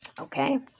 Okay